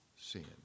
sin